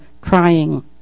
crying